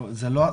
לא.